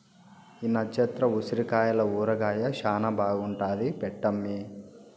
ఈ నచ్చత్ర ఉసిరికాయల ఊరగాయ శానా బాగుంటాది పెట్టమ్మీ